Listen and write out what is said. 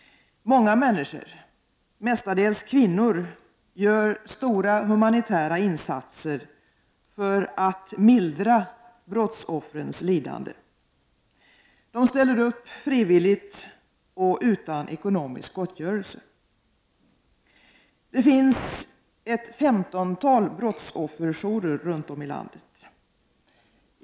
Många människor, mestadels kvinnor, gör stora humanitära insatser för att mildra brottsoffrens lidande. Man ställer upp frivilligt och utan ekonomisk gottgörelse. Det finns ett femtontal brottsofferjourer runt om i landet.